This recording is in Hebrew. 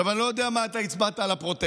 עכשיו, אני לא יודע מה אתה הצבעת על הפרוטקשן.